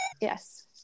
Yes